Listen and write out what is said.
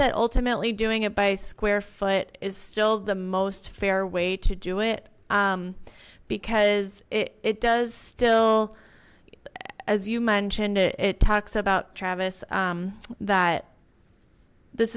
that ultimately doing it by square foot is still the most fair way to do it because it does still as you mentioned it talks about travis that this